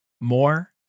More